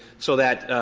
so that